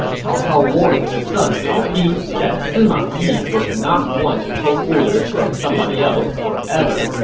cao cao warned his son cao pi that sima yi was not one to take orders from somebody else forever,